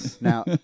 Now